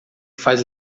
faz